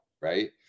right